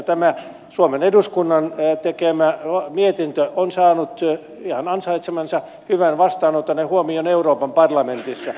tämä suomen eduskunnan tekemä mietintö on saanut ihan ansaitsemansa hyvän vastaanoton ja huomion euroopan parlamentissa